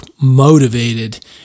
motivated